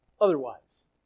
otherwise